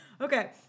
Okay